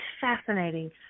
fascinating